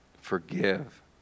Forgive